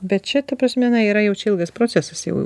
bet čia ta prasme na yra jau čia ilgas procesas jau